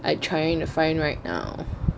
I trying to find right now